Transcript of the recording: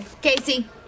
Casey